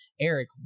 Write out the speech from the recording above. Eric